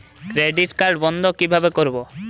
Credit card বন্ধ কিভাবে করবো?